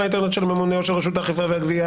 האינטרנט של הממונה או של רשות האכיפה והגבייה,